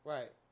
Right